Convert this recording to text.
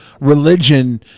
religion